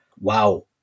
wow